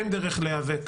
אין דרך להיאבק